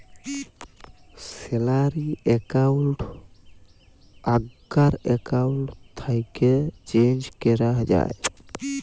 salary account আগ্কার account থ্যাকে change ক্যরা যায়